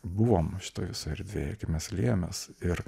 buvo šitoj visoj erdvėj ir kaip mes liejomės ir